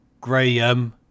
Graham